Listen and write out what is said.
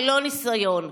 ללא ניסיון.